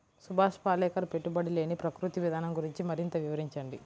సుభాష్ పాలేకర్ పెట్టుబడి లేని ప్రకృతి విధానం గురించి మరింత వివరించండి